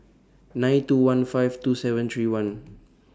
nine two one five two seven three one